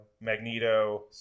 Magneto